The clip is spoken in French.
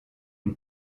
une